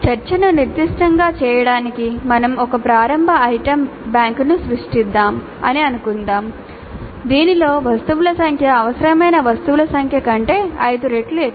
చర్చను నిర్దిష్టంగా చేయడానికి మేము ఒక ప్రారంభ ఐటెమ్ బ్యాంకును సృష్టిధామ్ అని అనుకుందాం దీనిలో వస్తువుల సంఖ్య అవసరమైన వస్తువుల సంఖ్య కంటే ఐదు రెట్లు ఎక్కువ